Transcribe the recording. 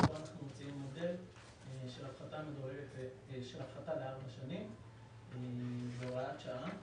התדרים וכאן אנחנו מציעים מודל של הפחתה לארבע שנים בהוראת שעה.